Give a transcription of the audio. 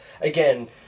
again